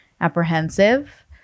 apprehensive